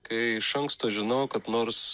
kai iš anksto žinau kad nors